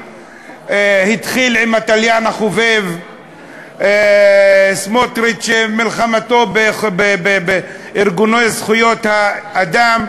התחיל עם "התליין החובב"; סמוטריץ ומלחמתו בארגוני זכויות האדם.